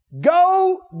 Go